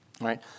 right